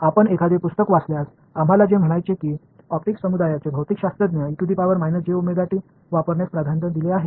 आपण एखादे पुस्तक वाचल्यास आम्हाला ते म्हणायचे की ऑप्टिक्स समुदायाचे भौतिकशास्त्र वापरण्यास प्राधान्य दिले आहे